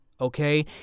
Okay